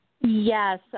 Yes